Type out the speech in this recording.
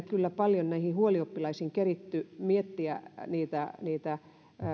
kyllä paljon näille huolioppilaille keritty miettiä niitä niitä